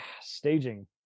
staging